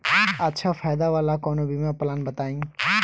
अच्छा फायदा वाला कवनो बीमा पलान बताईं?